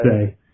say